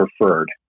preferred